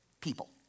people